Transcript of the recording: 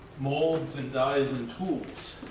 molds and dyes and tools